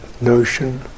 notion